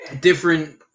different